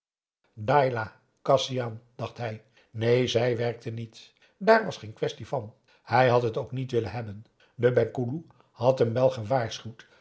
dacht hij neen zij werkte niet daar was geen quaestie van hij had het ook niet willen hebben de penghoeloe had hem wel gewaarschuwd